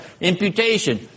Imputation